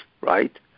right